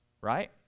Right